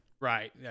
Right